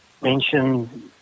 mention